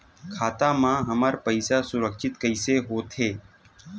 खाता मा हमर पईसा सुरक्षित कइसे हो थे?